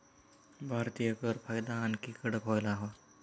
भारतीय कर कायदा आणखी कडक व्हायला हवा